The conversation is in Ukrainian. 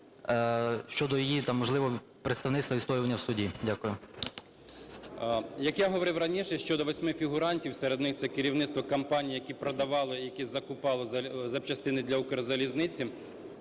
Як я говорив раніше, щодо восьми фігурантів, серед них - це керівництво компанії, які продавали, які закупали запчастини для "Укрзалізниці",